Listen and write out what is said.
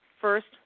first